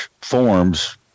forms